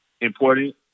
important